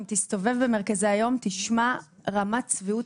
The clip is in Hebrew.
אם תסתובב במרכזי היום תשמע רמת שביעות